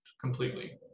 completely